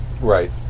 Right